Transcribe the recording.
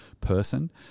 person